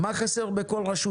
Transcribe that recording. מה חסר בכל רשות?